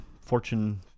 fortune